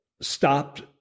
stopped